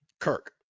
Kirk